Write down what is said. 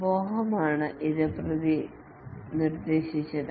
ബോഹമാണ് ഇത് നിർദ്ദേശിച്ചത്